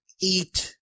eat